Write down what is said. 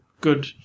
good